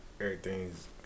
everything's